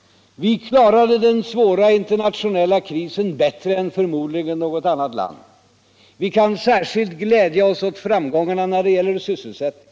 Vi klarade den svåra in ternationella krisen bättre än förmodligen något annat land. Vi kan siärskilt glädja oss åt framgångarna när det gäller sysselsättningen.